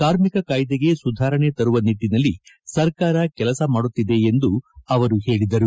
ಕಾರ್ಮಿಕ ಕಾಯ್ದೆಗೆ ಸುಧಾರಣೆ ತರುವ ನಿಟ್ಟನಲ್ಲಿ ಸರ್ಕಾರ ಕೆಲಸ ಮಾಡುತ್ತಿದೆ ಎಂದು ಅವರು ಹೇಳಿದರು